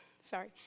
Sorry